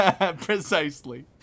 Precisely